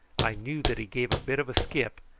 i knew that he gave a bit of a skip,